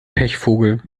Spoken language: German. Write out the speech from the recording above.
pechvogel